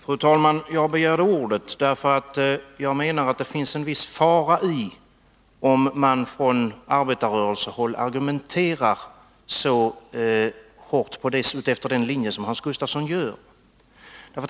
Fru talman! Jag begärde ordet därför att jag menar att det ligger en viss fara i om man från arbetarrörelsehåll argumenterar så hårt efter den linje som Hans Gustafsson gör.